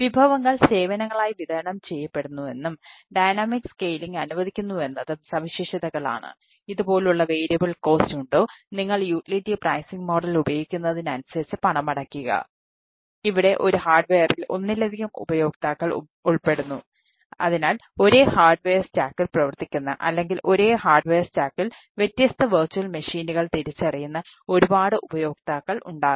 വിഭവങ്ങൾ സേവനങ്ങളായി വിതരണം ചെയ്യപ്പെടുന്നുവെന്നും ഡൈനാമിക് സ്കെയിലിംഗ് തിരിച്ചറിയുന്ന ഒരുപാട് ഉപയോക്താക്കൾ ഉണ്ടാകും